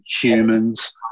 Humans